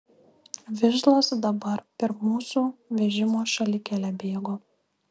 vižlas dabar pirm mūsų vežimo šalikele bėgo